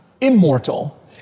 immortal